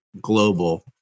global